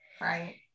Right